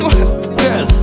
Girl